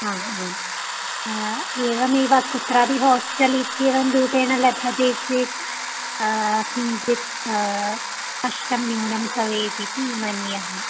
आम् आम् एवमेव कुत्रापि होस्टल् इत्येवं रूपेण लभते चेत् किञ्चित् कष्टं न्यूनं भवेत् इति मन्ये अहम्